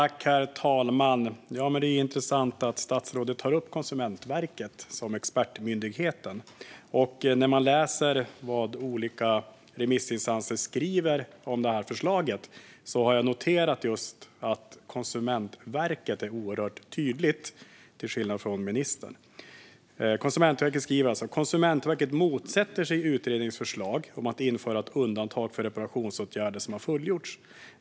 Herr talman! Det är intressant att statsrådet tar upp Konsumentverket som expertmyndigheten. När man läser vad olika remissinstanser skriver om förslaget har jag noterat att Konsumentverket är oerhört tydligt, till skillnad från ministern. Konsumentverket skriver följande: "Konsumentverket motsätter sig utredningens förslag om att införa ett undantag för reparationsåtgärder som har fullgjorts.